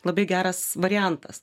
labai geras variantas